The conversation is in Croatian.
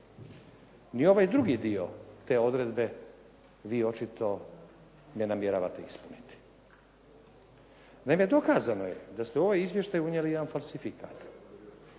I ovaj drugi dio te odredbe vi očito ne namjeravate ispuniti. Naime, dokazano je da ste u ovaj izvještaj unijeli jedan falsifikat.